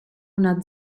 una